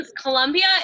Columbia